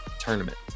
tournament